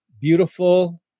beautiful